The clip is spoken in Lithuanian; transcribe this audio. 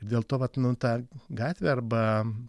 dėl to vat nu ta gatvė arba